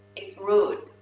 it's rude.